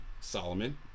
Solomon